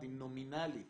מיליארדים נומינלית